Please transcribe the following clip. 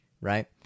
right